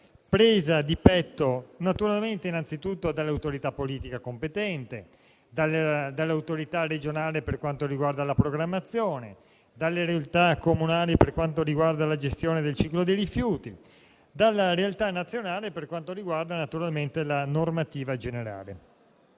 presa di petto anzitutto dall'autorità politica competente, dall'autorità regionale per quanto riguarda la programmazione, dalle realtà comunali per quanto attiene alla gestione del ciclo dei rifiuti, dalla realtà nazionale per quanto concerne la normativa generale.